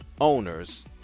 owners